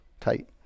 Tight